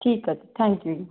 ਠੀਕ ਆ ਜੀ ਥੈਂਕ ਯੂ ਜੀ